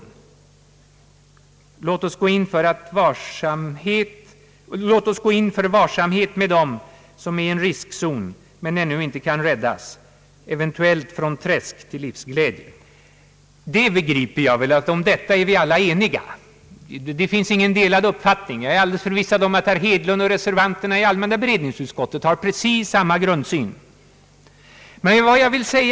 Låt oss gå in för varsamhet med dem som är i en riskzon men ännu kan räddas — eventuellt från träsk till livsglädje!» Jag tror att vi alla är eniga om denna grundsyn. Det finns inga delade uppfattningar här. Jag är alldeles förvissad om att herr Hedlund och reservanterna i allmänna beredningsutskottet har precis samma grundsyn, som jag här redovisat.